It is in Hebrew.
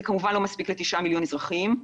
זה כמובן לא מספיק ל-9 מיליון אזרחים,